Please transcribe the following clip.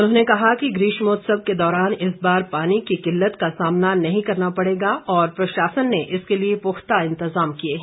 उन्होंने कहा कि ग्रीष्मोत्सव के दौरान इस बार पानी की किल्लत का सामना नहीं करना पड़ेगा और प्रशासन ने इसके लिए पुख्ता इंतज़ाम किए हैं